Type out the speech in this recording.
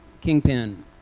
kingpin